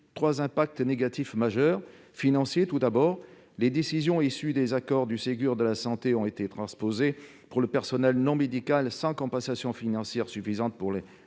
trois impacts négatifs majeurs. Le premier impact est financier. Les décisions issues des accords du Ségur de la santé ont été transposées pour le personnel non médical sans compensation financière suffisante pour les